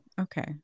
okay